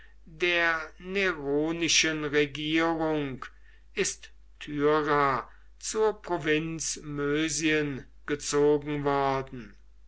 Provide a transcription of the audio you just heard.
der neronischen regierung ist tyra zur provinz mösien gezogen worden